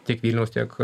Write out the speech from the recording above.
tiek vilniaus tiek